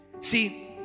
See